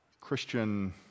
Christian